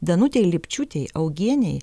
danutei lipčiūtei augienei